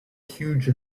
huge